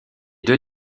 deux